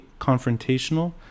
confrontational